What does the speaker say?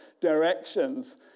directions